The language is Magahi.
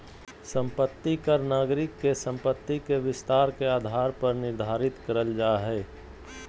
संपत्ति कर नागरिक के संपत्ति के विस्तार के आधार पर निर्धारित करल जा हय